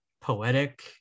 poetic